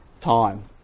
time